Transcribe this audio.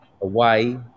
away